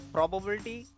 Probability